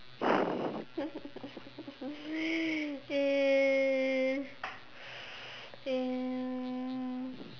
and and